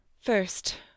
First